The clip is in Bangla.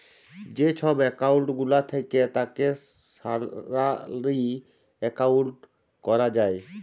যে ছব একাউল্ট গুলা থ্যাকে তাকে স্যালারি একাউল্ট ক্যরা যায়